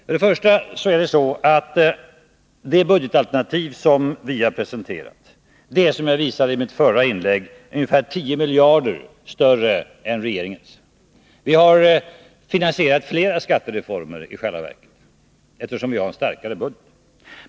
Först och främst är, som jag med mitt förra inlägg visat, det budgetalternativ som vi har presenterat ungefär 10 miljarder större än regeringens. Vi har i själva verket finansierat flera skattereformer, eftersom vi har en starkare budget.